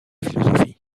philosophie